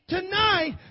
Tonight